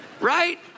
Right